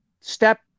step